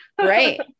right